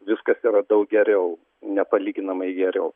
viskas yra daug geriau nepalyginamai geriau